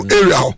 area